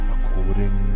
According